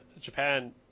Japan